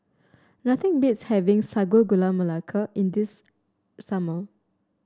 nothing beats having Sago Gula Melaka in this summer